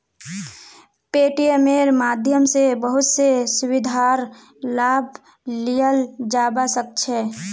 पेटीएमेर माध्यम स बहुत स सुविधार लाभ लियाल जाबा सख छ